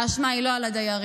האשמה היא לא על הדיירים,